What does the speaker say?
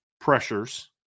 pressures